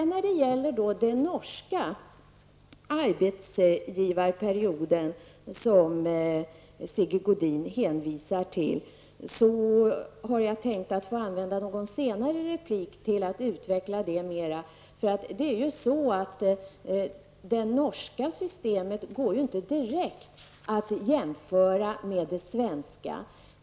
När det gäller den norska arbetsgivarperioden, som Sigge Godin hänvisar till, har jag tänkt att få använda någon senare replik till att utveckla det ämnet mera. Det norska systemet går inte direkt att jämföra med det svenska.